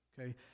okay